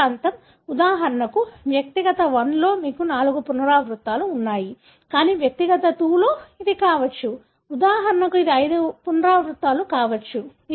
అదే ప్రాంతం ఉదాహరణకు వ్యక్తిగత 1 లో మీకు 4 పునరావృత్తులు ఉన్నాయి కానీ వ్యక్తిగత 2 లో ఇది కావచ్చు ఉదాహరణకు ఇది 5 పునరావృత్తులు కావచ్చు